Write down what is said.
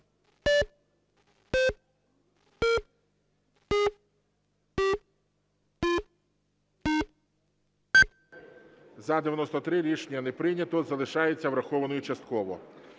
За-93 Рішення не прийнято. Залишається врахованою частково.